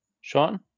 Sean